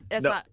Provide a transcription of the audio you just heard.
No